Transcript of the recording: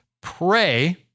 Pray